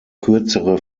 kürzere